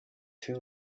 two